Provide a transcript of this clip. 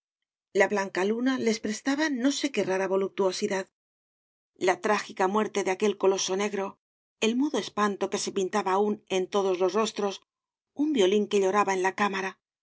la blanca luna les prestaba no sé qué rara voluptuosidad la trágica muerte de aquel coloso negro el mudo espanto que se pintaba aún en todos los rostros un violín que lloraba en la cámara todo